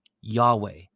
Yahweh